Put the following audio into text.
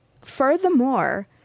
Furthermore